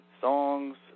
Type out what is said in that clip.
songs